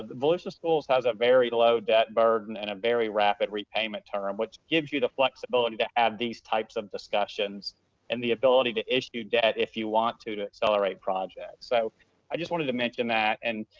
volusia schools has a very low debt burden and a very rapid repayment term, which gives you the flexibility to have these types of discussions and the ability to issue debt if you want to, to accelerate projects. so i just wanted to mention that and,